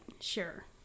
Sure